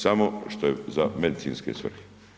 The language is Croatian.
Samo što je za medicinske svrhe.